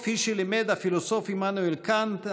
כפי שלימד הפילוסוף עמנואל קאנט,